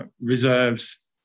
reserves